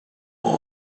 all